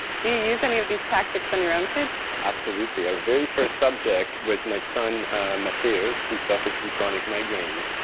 do you use any of these tactics on your own kids? absolutely, our very first subject was my son mathias who suffered from chronic migraines.